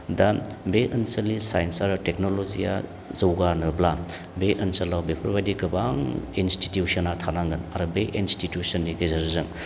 दा बे ओनसोलनि साइन्स आरो टेक्नलजिया जौगानोब्ला बे ओनसोलाव बेफोरबायदि गोबां इन्सटिटिउसना थानांगोन आरो बे इन्सटिटिउसननि गेजेरजों